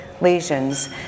lesions